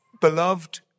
beloved